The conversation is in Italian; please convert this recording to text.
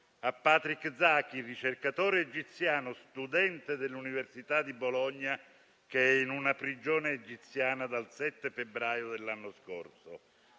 a Patrick Zaki, ricercatore egiziano, studente dell'Università di Bologna, detenuto in una prigione egiziana dal 7 febbraio dell'anno scorso.